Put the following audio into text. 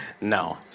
No